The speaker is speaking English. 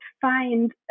find